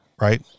right